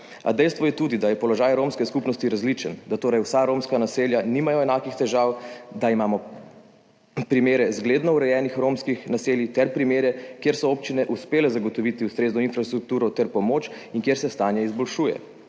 dejstvo je tudi, da je položaj romske skupnosti različen, da torej vsa romska naselja nimajo enakih težav, da imamo primere zgledno urejenih romskih naselij ter primere, kjer so občine uspele zagotoviti ustrezno infrastrukturo ter pomoč in kjer se stanje izboljšuje.